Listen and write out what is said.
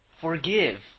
forgive